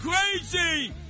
crazy